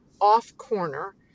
off-corner